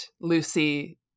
Lucy